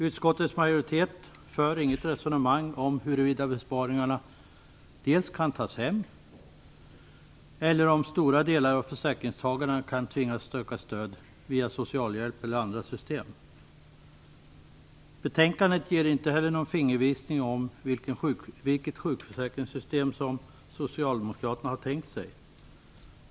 Utskottets majoritet för inget resonemang om huruvida besparingarna kan tas hem eller om stora delar av försäkringstagarna kan tvingas söka stöd via socialhjälp eller andra system. Betänkandet ger inte heller någon fingervisning om vilket sjukförsäkringssystem som socialdemokraterna har tänkt sig.